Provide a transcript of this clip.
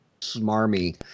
smarmy